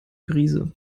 brise